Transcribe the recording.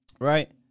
right